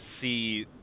see